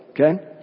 Okay